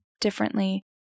differently